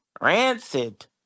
rancid